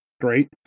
Great